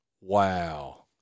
Wow